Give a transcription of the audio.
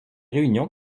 réunion